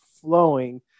flowing